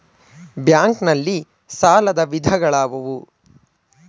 Bank ನಲ್ಲಿ ಸಾಲದ ವಿಧಗಳಾವುವು?